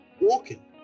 walking